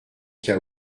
cas